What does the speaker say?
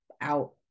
out